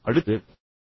அடுத்ததை பாருங்கள்